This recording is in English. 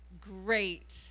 great